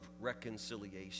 reconciliation